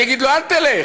אני אגיד לו: אל תלך,